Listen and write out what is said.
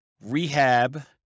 rehab